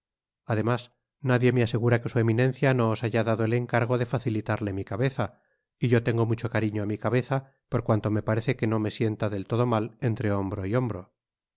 además nadie me asegura que su eminencia no os haya dado el encargo de facilitarle mi cabeza y yo tengo mucho cariño á mi cabeza por cuanto me parece que no me sienta del todo mal entre hombro y hombro